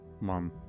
mom